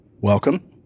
Welcome